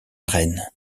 rennes